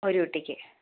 ഒരു കുട്ടിക്ക്